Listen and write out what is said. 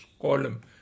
column